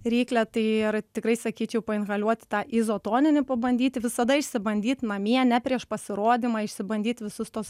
ryklę tai yra tikrai sakyčiau painhaliuoti tą izotoninį pabandyti visada išsibandyt namie ne prieš pasirodymą išsibandyt visus tuos